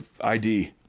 id